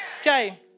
Okay